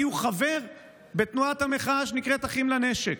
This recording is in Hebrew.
כי הוא חבר בתנועת המחאה שנקראת אחים לנשק.